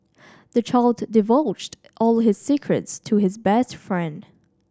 the child divulged all his secrets to his best friend